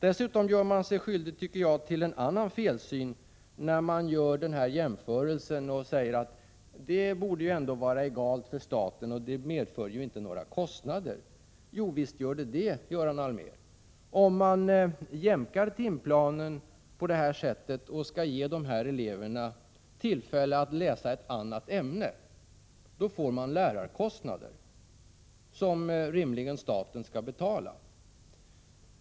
Dessutom gör sig moderaterna skyldiga till en annan felsyn när de säger att det borde vara egalt för staten och att det inte medför några kostnader. Jo, visst medför det kostnader, Göran Allmér. Om man jämkar timplanen och ger eleverna tillfälle att läsa ett annat ämne, får man lärarkostnader som rimligen staten skall betala.